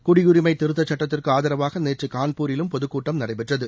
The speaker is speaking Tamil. குடியுரிமை திருத்தச் சட்டத்திற்கு ஆதரவாக நேற்று கான்பூரிலும் பொதுக்கூட்டம் நடைபெற்றது